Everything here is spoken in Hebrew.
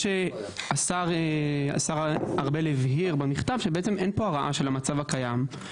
השר ארבל הבהיר במכתב שאין פה הרעה של המצב הקיים,